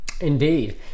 Indeed